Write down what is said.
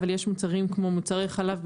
אבל יש מוצרים כמו מוצרי חלב,